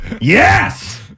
yes